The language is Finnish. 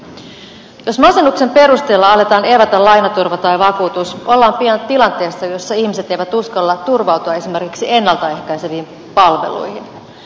jos masennuksen perusteella aletaan evätä lainaturva tai vakuutus ollaan pian tilanteessa jossa ihmiset eivät uskalla turvautua esimerkiksi ennalta ehkäiseviin palveluihin